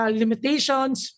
limitations